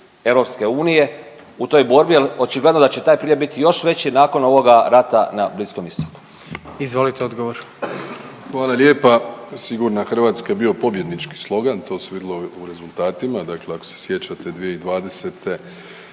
Europske unije u toj borbi jer je očigledno da će taj priljev biti još veći nakon ovoga rata na Bliskom istoku? **Jandroković, Gordan (HDZ)** Izvolite odgovor. **Plenković, Andrej (HDZ)** Hvala lijepa. Sigurna Hrvatska je bio pobjednički slogan, to se vidjelo u rezultatima. Dakle ako se sjećate 2020.